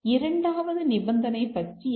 இரண்டாவது நிபந்தனை பற்றி என்ன